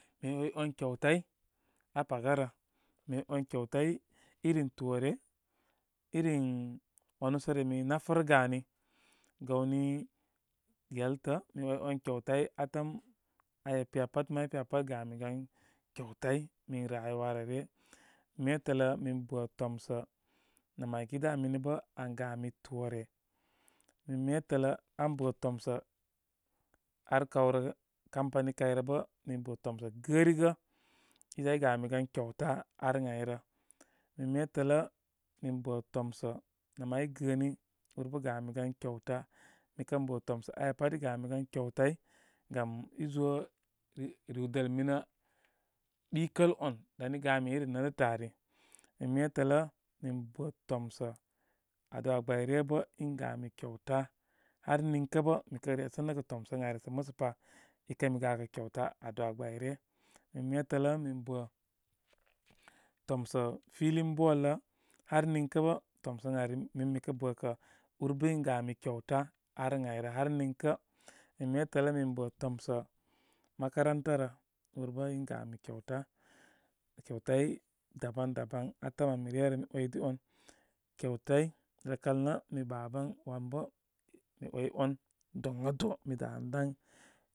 Min ‘way wan kyautai aa paga rə. Mi way wan kyadai iri toore, irin wanú sə re mi nafərəgə ani. Gawni yaldə, min ‘way ‘wan kyautai atəm aya piya pat may piya pat gamigan kyautai min rayuwarə ryə. Min metələ min bə tomsə nə maigidá mini bə an gami toore. Min metələ an bə tomsə ar kawrə, kampani kayrə bəi min bə tomsə gərigə. Iza i gamigan kyauta ar ən ayrə. Min metələ min bə tomsə nə may gəəni úr bə gamigan kyauta. Mikən bə tomsə aya pati gamigan kyautai gam i zo riwdəl mini ɓɨkəl on dan i gami iri nétətə ari. Min metələ min bə tomsə addua gbay re bə, in gami kyauta. Har niŋkə bə mikə resənəgə tomsə ən ari sə musəpa. Ikəmi gakə kyauta adua gbay ryə. Min metələ min bə tomsə filin ball lə har niŋkə tomsə ən ari min mikə bə kə. Úrbə in gami kyauta ar ən ayrə har niŋkə min metələ min bə tomsə makaranta rə. Úr bə in gami kyauta. Kyautai da ban da ban. Atəm ami ryərə mi ‘waydi ‘wan. Kyautai, rəkal nə mi baban wanbə mi ‘way ‘wan doŋado, mi danə dan.